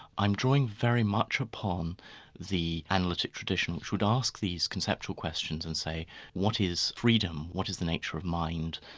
i'm drawing very much upon the analytic tradition which would ask these conceptual questions and say what is freedom, what is the nature of mind,